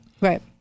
Right